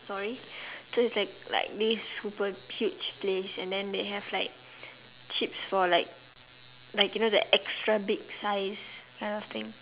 story so it's at like this super huge place and then they have like chips for like like you know that extra big size kind of thing